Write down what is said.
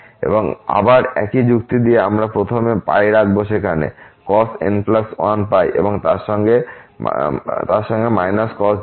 এবং আবার একই যুক্তি দিয়ে আমরা প্রথমে রাখব সেখানে cos n1 এবং তারপর সঙ্গে cos 0